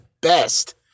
best